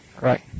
Right